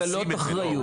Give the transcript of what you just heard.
לגלות אחריות.